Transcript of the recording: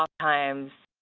um times,